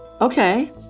okay